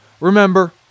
remember